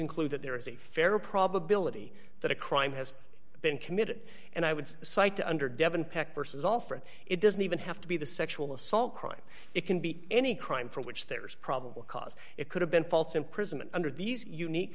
conclude that there is a fair probability that a crime has been committed and i would cite to under devon peck versus all for it doesn't even have to be the sexual assault crime it can be any crime for which there is probable cause it could have been false imprisonment under these unique